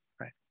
right